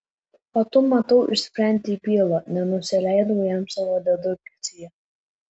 o tu matau išsprendei bylą nenusileidau jam savo dedukcija